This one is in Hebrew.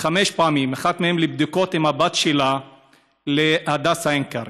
חמש פעמים, אחת מהן לבדיקות בהדסה עין כרם.